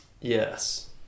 Yes